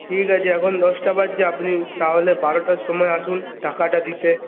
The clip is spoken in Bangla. ঠিক আছে এখন দশটা বাজছে আপনি তাহলে বারোটার সময় আসুন টাকাটা দিতে